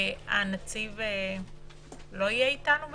הנציב לא יהיה אתנו בדיון?